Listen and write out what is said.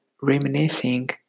reminiscing